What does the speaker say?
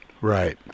Right